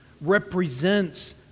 represents